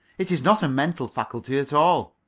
it is not a mental faculty at all.